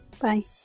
bye